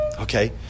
Okay